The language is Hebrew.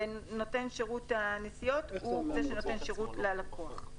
ונותן שירות הנסיעות הוא זה שנותן שירות ללקוח.